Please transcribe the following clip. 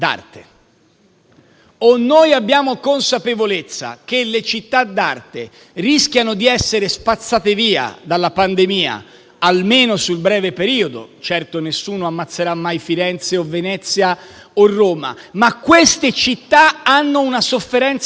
Noi dobbiamo avere consapevolezza che le città d'arte rischiano di essere spazzate via dalla pandemia, almeno nel breve periodo. Certo, nessuno ammazzerà mai Firenze, Venezia o Roma, ma queste città hanno una sofferenza doppia.